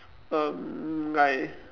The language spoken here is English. um like